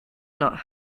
not